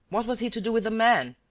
what was he to do with the man?